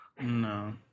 No